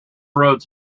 roads